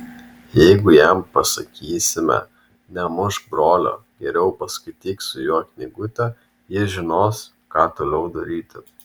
jeigu jam pasakysime nemušk brolio geriau paskaityk su juo knygutę jis žinos ką toliau daryti